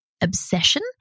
obsession